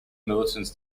militants